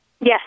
Yes